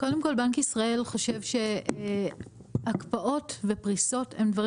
קודם כל בנק ישראל חושב שהקפאות ופריסות הם דברים